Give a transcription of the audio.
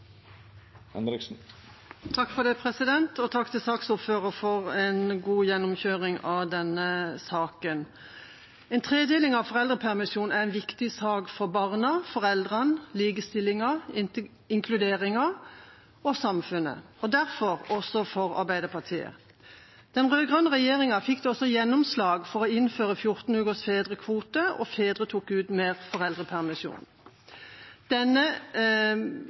Det er notert. Takk til saksordføreren for en god gjennomkjøring av denne saken. En tredeling av foreldrepermisjonen er en viktig sak for barna, foreldrene, likestillingen, inkluderingen og samfunnet – og derfor også for Arbeiderpartiet. Den rød-grønne regjeringa fikk gjennomslag for å innføre 14 ukers fedrekvote, og fedre tok ut mer foreldrepermisjon.